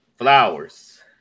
Flowers